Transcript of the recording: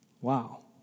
Wow